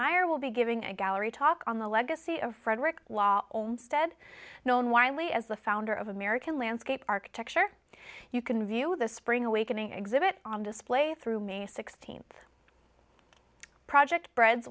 meyer will be giving a gallery talk on the legacy of frederick law olmstead known widely as the founder of american landscape architecture you can view the spring awakening exhibit on display through may th project breads